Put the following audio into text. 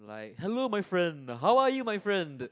like hello my friend how are you my friend